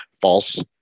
false